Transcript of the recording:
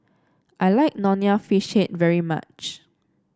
I like Nonya Fish Head very much